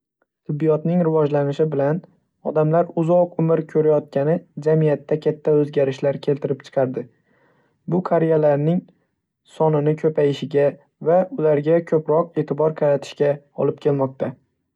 Tibbiyotning rivojlanishi bilan odamlar uzoq umr ko‘rayotgani jamiyatda katta o‘zgarishlar keltirib chiqardi. Bu qariyalarning sonini ko‘payishiga va ularga ko‘proq e’tibor qaratishga olib kelmoqda.